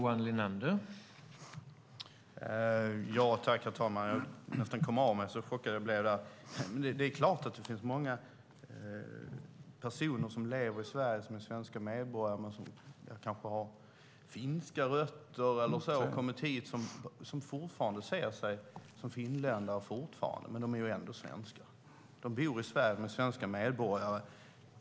Herr talman! Jag kom nästan av mig, så chockad blev jag av det som sades. Det är klart att det finns många som lever i Sverige, är svenska medborgare men har exempelvis finska rötter. De har kommit hit men ser sig fortfarande som finländare. De är ändå svenskar; de bor i Sverige och är svenska medborgare.